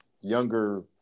younger